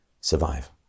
survive